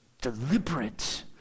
deliberate